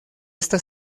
esta